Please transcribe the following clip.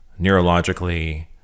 neurologically